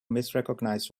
misrecognized